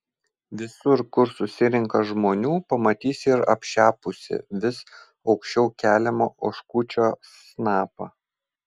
visur kur susirenka žmonių pamatysi ir apšepusį vis aukščiau keliamą oškučio snapą